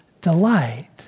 delight